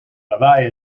lawaai